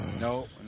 No